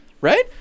right